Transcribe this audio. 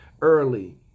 Early